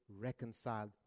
reconciled